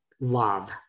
Love